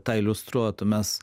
tą iliustruotų mes